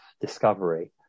discovery